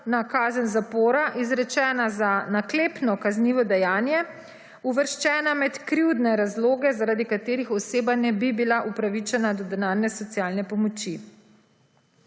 na kazen zapora izrečena za naklepno kaznivo dejanje uvrščena med krivdne razloge, zaradi katerih oseba ne bi bila upravičena do denarne socialne pomoči.